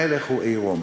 המלך הוא עירום.